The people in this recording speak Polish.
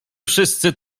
wszyscy